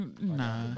nah